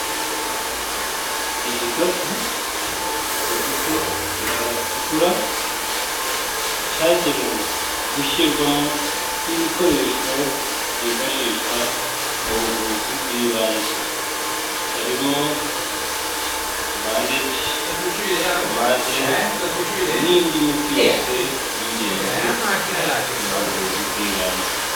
Igikapu gifite ibara ritukura, cyagenewe gushyirwamo ibikoresho byifashishwa mu buvuzi bw'ibanze, harimo bandege, pomade n'indi miti yose y'ingenzi mu buvuzi bw'ibanze.